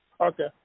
okay